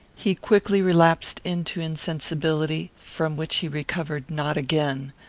he quickly relapsed into insensibility, from which he recovered not again,